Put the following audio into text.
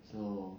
so